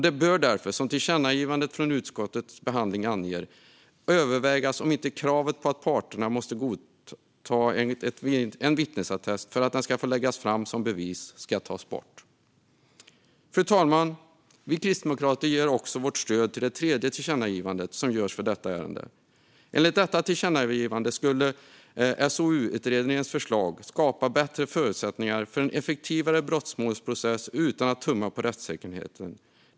Det bör därför, som tillkännagivandet från utskottets behandling anger, övervägas om inte kravet på att parterna måste godta en vittnesattest för att den ska få läggas fram som bevis ska tas bort. Fru talman! Vi kristdemokrater ger också vårt stöd till det tredje tillkännagivandet i detta ärende. Enligt detta tillkännagivande skulle SOU-utredningens förslag skapa bättre förutsättningar för en effektivare brottmålsprocess utan att tumma på rättssäkerheten.